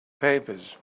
papers